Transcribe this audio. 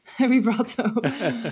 Vibrato